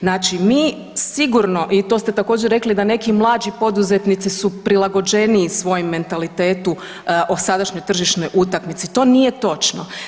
Znači mi sigurno i to ste također, rekli da neki mlađi poduzetnici su prilagođeniji svojem mentalitetu o sadašnjoj tržišnoj utakmici, to nije točno.